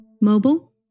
mobile